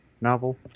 novel